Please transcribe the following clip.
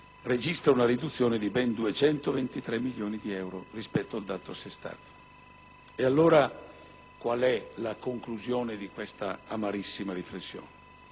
registra una riduzione di ben 223,1 milioni di euro rispetto al dato assestato nel 2008. Qual è la conclusione della mia amarissima riflessione?